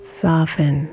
soften